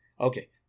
Okay